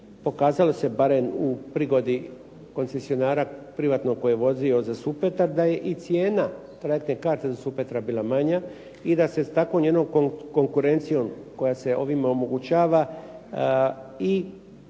pokazalo se barem u prigodi koncesionara privatnog koji je vozio za Supetar, da je i cijena trajektne karte do Supetra bila manja i da se s takvom jednom konkurencijom koja se ovime omogućava i